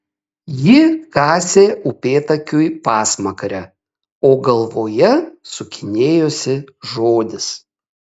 ji kasė upėtakiui pasmakrę o galvoje sukinėjosi žodis